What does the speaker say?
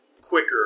quicker